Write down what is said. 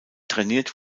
trainiert